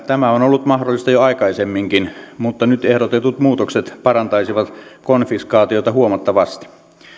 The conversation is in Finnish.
tämä on ollut mahdollista jo aikaisemminkin mutta nyt ehdotetut muutokset parantaisivat konfiskaatiota huomattavasti